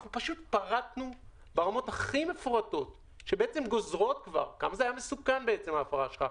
פרטנו ברמות הכי מפורטות כמה מסוכנת הייתה ההפרה שלך,